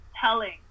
telling